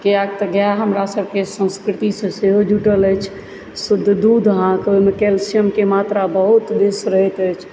कियाक तऽ गाय हमरा सभके संस्कृतिसँ सेहो जुटल अछि शुद्ध दूध अहाँके ओहिमे कैल्सियम क मात्रा बहुत बेसी रहैत अछि